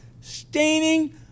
staining